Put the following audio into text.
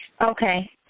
Okay